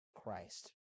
Christ